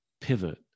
pivot